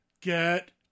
Get